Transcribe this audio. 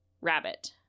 rabbit